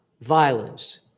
violence